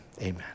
amen